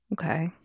okay